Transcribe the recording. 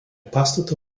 pastato